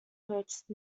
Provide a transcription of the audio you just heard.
purchase